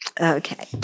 Okay